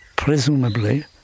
presumably